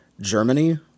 Germany